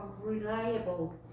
reliable